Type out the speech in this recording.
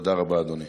תודה רבה, אדוני.